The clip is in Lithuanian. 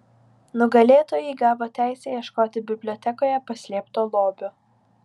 nugalėtojai gavo teisę ieškoti bibliotekoje paslėpto lobio